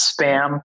spam